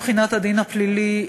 מבחינת הדין הפלילי,